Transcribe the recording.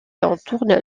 entourent